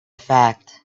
fact